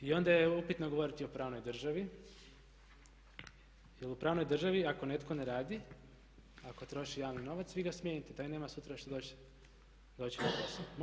I onda je upitno govoriti o pravnoj državi, jer u pravnoj državi ako netko ne radi, ako troši javni novac vi ga smijenite, taj nema sutra šta doći na posao.